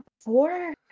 Four